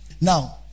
Now